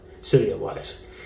studio-wise